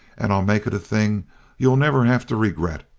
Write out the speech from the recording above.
and i'll make it a thing you'll never have to regret,